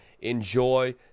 enjoy